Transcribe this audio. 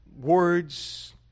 words